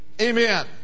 Amen